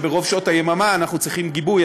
רוב שעות היממה אנחנו צריכים גיבוי.